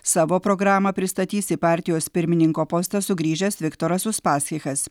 savo programą pristatys į partijos pirmininko postą sugrįžęs viktoras uspaskichas